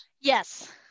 Yes